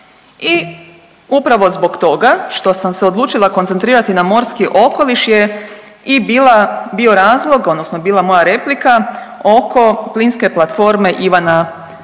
I upravo zbog toga što sam se odlučila koncentrirati na morski okoliš je i bila, bio razlog odnosno bila moja replika oko plinske platforme Ivana D.